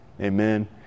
amen